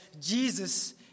Jesus